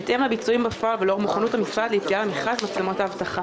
בהתאם לביצוע בפועל ולאור מוכנות המשרד ליציאה למכרז מצלמות האבטחה.